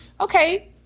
Okay